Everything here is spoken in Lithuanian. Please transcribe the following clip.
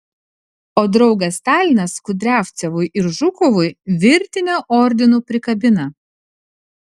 o draugas stalinas kudriavcevui ir žukovui virtinę ordinų prikabina